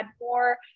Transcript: more